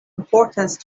importance